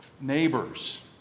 neighbors